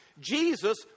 Jesus